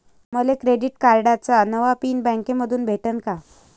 मले क्रेडिट कार्डाचा नवा पिन बँकेमंधून भेटन का?